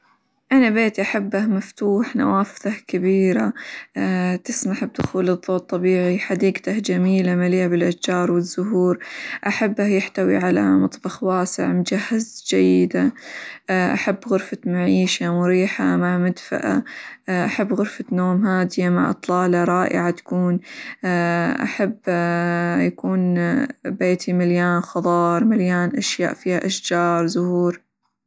أنا بيتي أحبه مفتوح نوافذه كبيرة تسمح بدخول الظوء الطبيعي، حديقته جميلة مليئة بالأشجار، والزهور، أحبه يحتوي على مطبخ واسع مجهز جيدًا، أحب غرفة معيشة مريحة مع مدفأة، أحب غرفة نوم هادية مع إطلالة رائعة ، تكون أحب يكون بيتي مليان خظار، مليان أشياء فيها أشجار، زهور.